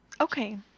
Okay